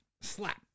Slap